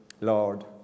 Lord